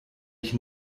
ich